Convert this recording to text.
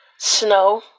snow